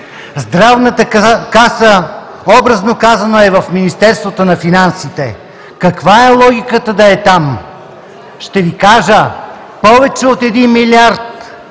Здравната каса, образно казано, е в Министерството на финансите. Каква е логиката да е там? Ще Ви кажа: повече от 1 милиард